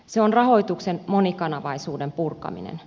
se on rahoituksen monikanavaisuuden purkaminen